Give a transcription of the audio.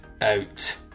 out